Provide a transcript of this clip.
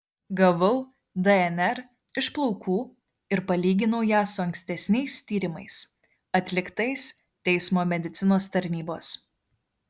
gavau dnr iš plaukų ir palyginau ją su ankstesniais tyrimais atliktais teismo medicinos tarnybos